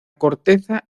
corteza